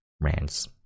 rants